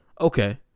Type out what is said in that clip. Okay